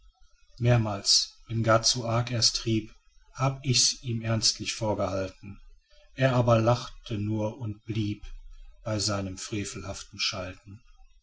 mehrmals wenn gar zu arg er's trieb hab ich's ihm ernstlich vorgehalten er aber lachte nur und blieb bei seinem frevelhaften schalten